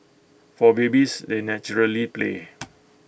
for babies they naturally play